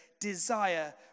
desire